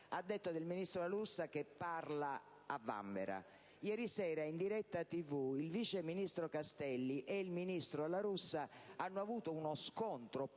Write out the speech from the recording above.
appunto del ministro La Russa che «parla a vanvera», mentre ieri sera, in diretta TV ,il vice ministro Castelli e il ministro La Russa hanno avuto uno scontro